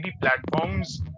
platforms